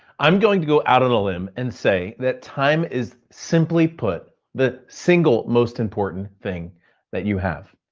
i'm going to go out of the limb and say that time is simply put, the single most important thing that you have.